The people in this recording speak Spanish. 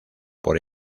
por